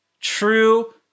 True